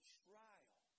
trial